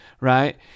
right